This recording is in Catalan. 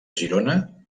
girona